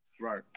Right